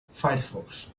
firefox